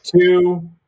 Two